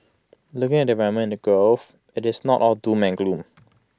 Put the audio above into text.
looking at the environment in the IT is not all doom and gloom